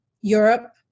Europe